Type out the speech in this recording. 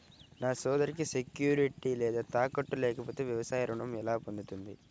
నా సోదరికి సెక్యూరిటీ లేదా తాకట్టు లేకపోతే వ్యవసాయ రుణం ఎలా పొందుతుంది?